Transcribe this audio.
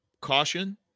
caution